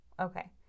Okay